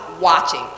watching